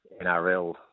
NRL